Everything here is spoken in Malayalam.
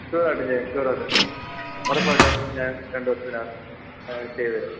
ഷുവറായിട്ടും ചെയ്യാം ഷുവറായിട്ടും ഉറപ്പായിട്ടും ഞാൻ രണ്ട് ദിവസത്തിനകം ചെയ്ത് തരാം